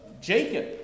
Jacob